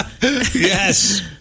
Yes